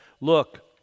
Look